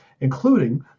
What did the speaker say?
Including